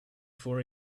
for